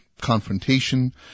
confrontation